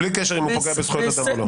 בלי קשר אם הוא פוגע בזכויות אדם או לא.